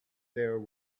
there